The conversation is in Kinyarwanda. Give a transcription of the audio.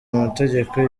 amategeko